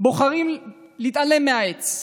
בוחרים להתעלם מהעץ,